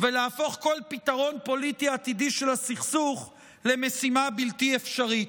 ולהפוך כל פתרון פוליטי עתידי של הסכסוך למשימה בלתי אפשרית.